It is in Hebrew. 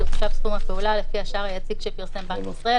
יחושב סכום הפעולה לפי השער היציג שפרסם בנק ישראל,